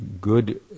good